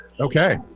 Okay